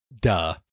Duh